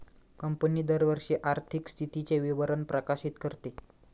company दरवर्षी आर्थिक स्थितीचे विवरण प्रकाशित करते